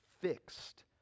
fixed